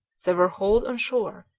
they were hauled on shore,